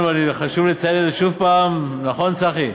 וחשוב לי לציין את זה שוב פעם, נכון, צחי?